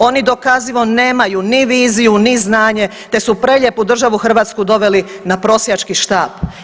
Oni dokazivo nemaju ni viziju ni znanje te su prelijepu državu Hrvatsku doveli na prosjački štap.